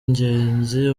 ngenzi